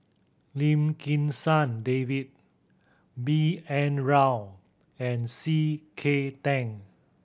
Lim Kim San David B N Rao and C K Tan